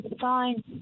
fine